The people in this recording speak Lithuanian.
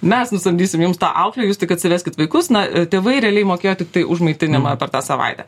mes nusamdysim jums tą auklę jūs tik atsiveskit vaikus na tėvai realiai mokėjo tiktai už maitinimą per tą savaitę